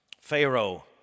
Pharaoh